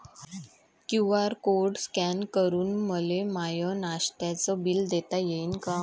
QR code scan करून मले माय नास्त्याच बिल देता येईन का?